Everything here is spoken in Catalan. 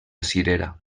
cirera